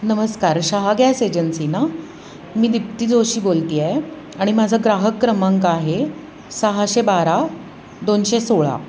नमस्कार Shah gas agency ना मी दिप्ती जोशी बोलते आहे आणि माझा ग्राहक क्रमांक आहे सहाशे बारा दोनशे सोळा